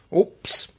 Oops